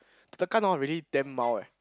the tekan all already damn mild eh